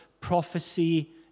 prophecy